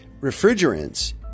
refrigerants